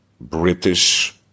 British